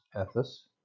ethos